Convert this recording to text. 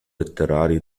letterario